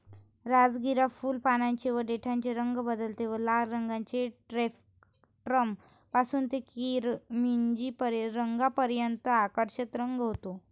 राजगिरा फुल, पानांचे व देठाचे रंग बदलते व लाल रंगाचे स्पेक्ट्रम पासून ते किरमिजी रंगापर्यंत आकर्षक रंग होते